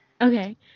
Okay